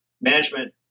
management